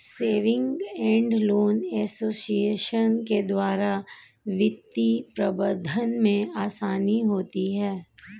saving and loan association के द्वारा वित्तीय प्रबंधन में आसानी होती है